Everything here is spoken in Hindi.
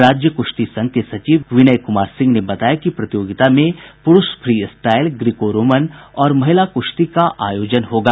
राज्य कृश्ती संघ के सचिव विनय कुमार सिंह ने बताया कि प्रतियोगिता में पुरूष फ्री स्टाईल ग्रीको रोमन और महिला कुश्ती का आयोजन होगा